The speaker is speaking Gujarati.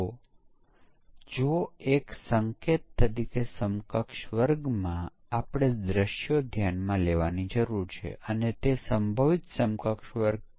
તેઓ અન્યત્ર જરૂરી ન હોય ફક્ત અહીં જુઓ અહી પરીક્ષણ પરીક્ષકો નથી અને અહીં જરૂરી પરીક્ષકો મોટી સંખ્યામાં જરૂરી છે તેથી તે વોટર ફોલ મોડેલની સમસ્યા છે